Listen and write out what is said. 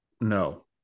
no